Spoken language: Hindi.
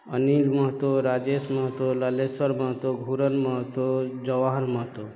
अनिल महतो राजेश महतो ललेश्वर महतो घुरन महतो जवाहर महतो